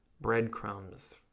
breadcrumbs